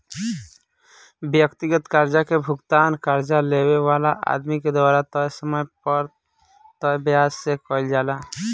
व्यक्तिगत कर्जा के भुगतान कर्जा लेवे वाला आदमी के द्वारा तय समय पर तय ब्याज दर से कईल जाला